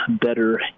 better